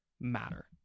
matter